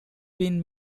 been